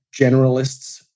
generalists